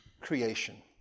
creation